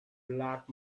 black